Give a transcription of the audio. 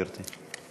גברתי.